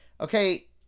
Okay